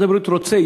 משרד הבריאות רוצה,